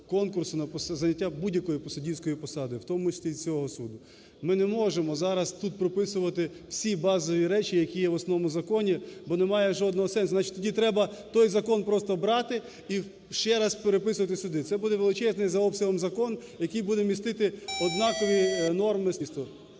конкурсу на заняття будь-якої суддівської посади, в тому числі і цього суду. Ми не можемо зараз тут прописувати всі базові речі, які є в основному законі, бо немає жодного сенсу. Значить, тоді треба той закон просто брати і ще раз переписувати сюди. Це буде величезний за обсягом закон, який буде містити однакові норми